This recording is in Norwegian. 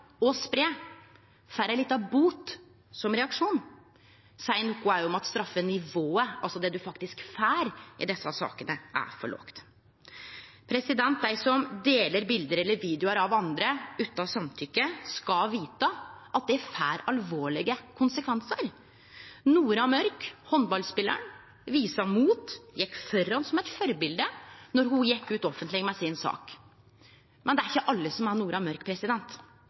bot som reaksjon, seier òg noko om at straffenivået, altså det ein faktisk får i desse sakene, er for lågt. Dei som deler bilde eller videoar av andre utan samtykke, skal vite at det får alvorlege konsekvensar. Nora Mørk, handballspelaren, viste mot og gjekk føre som eit forbilde då ho gjekk ut offentleg med saka si. Men det er ikkje alle som er Nora Mørk,